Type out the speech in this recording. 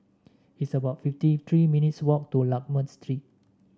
it's about fifty three minutes' walk to Lakme Street